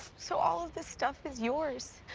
so all of this stuff is yours.